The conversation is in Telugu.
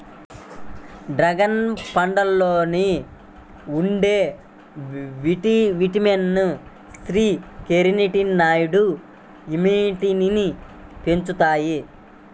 డ్రాగన్ పండులో ఉండే విటమిన్ సి, కెరోటినాయిడ్లు ఇమ్యునిటీని పెంచుతాయి